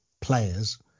players